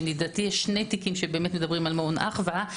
שלדעתי יש שני תיקים שמדברים על מעון אחווה,